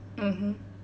mmhmm